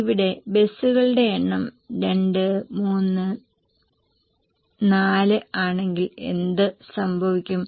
ഇവിടെ ബസുകളുടെ എണ്ണം 2 3 4 ആണെങ്കിൽ എന്ത് സംഭവിക്കും